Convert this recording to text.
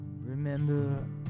Remember